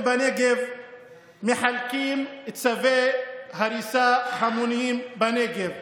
בנגב מחלקות צווי הריסה המוניים בנגב.